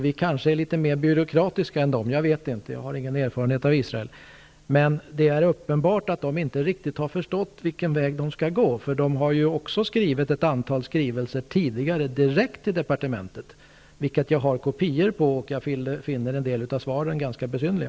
Vi kanske är litet mer byråkratiska än de -- jag vet inte; jag har ingen erfarenhet av Israel. Men det är uppenbart att man där inte riktigt har förstått vilken väg man skall gå -- man har ju tidigare också skrivit ett antal skrivelser direkt till departementet. Jag har kopior på den brevväxlingen, och jag finner en del av svaren ganska besynnerliga.